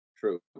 true